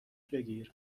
بگیر